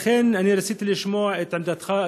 לכן רציתי לשמוע את עמדתך,